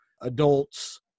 adults